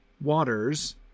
waters